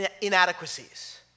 inadequacies